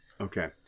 Okay